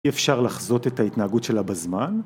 אי אפשר לחזות את ההתנהגות שלה בזמן.